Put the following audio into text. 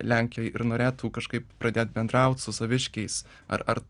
lenkijoj ir norėtų kažkaip pradėt bendraut su saviškiais ar ar